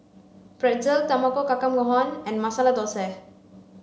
Pretzel Tamago Kake Gohan and Masala Dosa